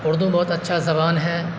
اردو بہت اچھا زبان ہے